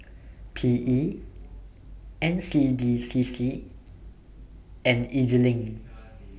P E N C D C C and Ez LINK